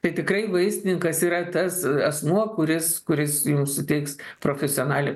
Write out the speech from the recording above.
tai tikrai vaistininkas yra tas asmuo kuris kuris jums suteiks profesionalią